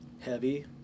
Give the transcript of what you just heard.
heavy